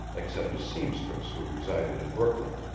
except a seamstress who resided in brooklyn.